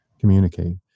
communicate